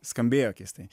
skambėjo keistai